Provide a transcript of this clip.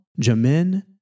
Jamin